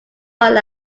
out